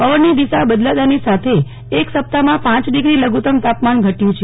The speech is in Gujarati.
પવનની દિશા બદલાતાની સાથે એક સપ્તાહમાં પાંચ ડીગ્રી લઘુત્તમ તાપમાન ઘટ્યું છે